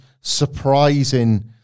surprising